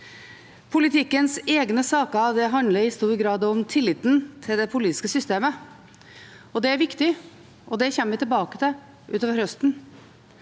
Politikkens egne saker handler i stor grad om tilliten til det politiske systemet. Det er viktig, og det kommer vi tilbake til utover høsten,